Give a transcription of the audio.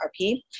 RP